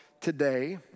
today